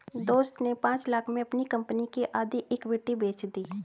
दोस्त ने पांच लाख़ में अपनी कंपनी की आधी इक्विटी बेंच दी